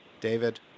David